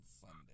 Sunday